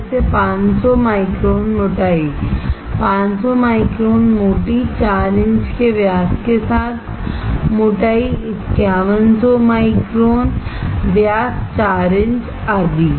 जैसे 500 माइक्रोन मोटाई 500 माइक्रोन मोटी 4 इंच के व्यास के साथ मोटाई 5100 माइक्रोन व्यास 4 इंच आदि